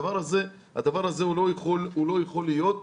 הדבר הזה לא יכול להיות.